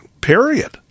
period